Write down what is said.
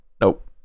Nope